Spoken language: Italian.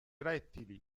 rettili